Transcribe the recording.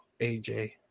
AJ